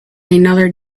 another